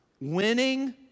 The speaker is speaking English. Winning